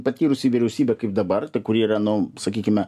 patyrusi vyriausybė kaip dabar kuri yra nu sakykime